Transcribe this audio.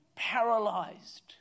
paralyzed